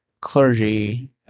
clergy